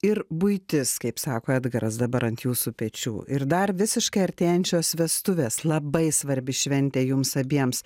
ir buitis kaip sako edgaras dabar ant jūsų pečių ir dar visiškai artėjančios vestuvės labai svarbi šventė jums abiems